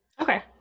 Okay